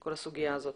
כל הסוגיה הזאת.